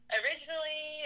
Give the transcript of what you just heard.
originally